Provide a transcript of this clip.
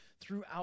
throughout